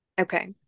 okay